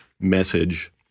message